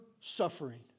suffering